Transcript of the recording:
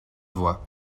voie